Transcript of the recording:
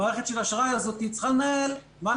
המערכת של האשראי הזאת צריכה לנהל את